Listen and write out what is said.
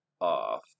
off